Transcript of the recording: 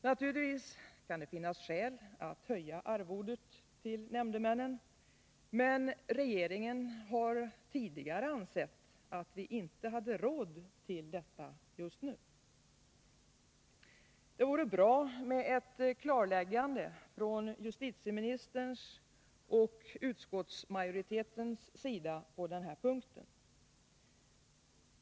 Naturligtvis kan det finnas skäl att höja arvodet till nämndemännen, men regeringen har tidigare ansett att vi inte har råd till detta just nu. Det vore bra med ett klarläggande från justitieministerns och utskottsmajoritetens sida på den här punkten.